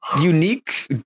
unique